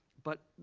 but,